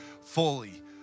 fully